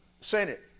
Senate